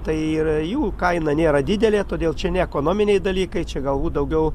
tai jų kaina nėra didelė todėl čia ne ekonominiai dalykai čia galbūt daugiau